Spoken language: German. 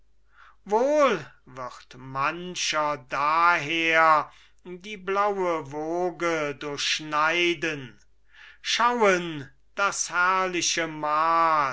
wohl wird mancher daher die blaue woge durchschneiden schauen das herrliche mal